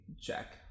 check